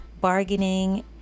bargaining